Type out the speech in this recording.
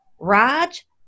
Raj